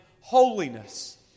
holiness